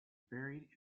buried